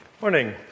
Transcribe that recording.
Morning